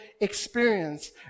experience